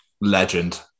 Legend